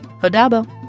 Hodabo